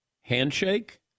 handshake